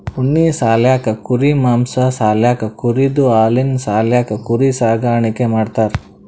ಉಣ್ಣಿ ಸಾಲ್ಯಾಕ್ ಕುರಿ ಮಾಂಸಾ ಸಾಲ್ಯಾಕ್ ಕುರಿದ್ ಹಾಲಿನ್ ಸಾಲ್ಯಾಕ್ ಕುರಿ ಸಾಕಾಣಿಕೆ ಮಾಡ್ತಾರಾ